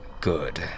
Good